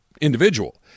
individual